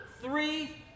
three